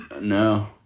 no